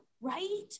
right